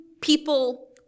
people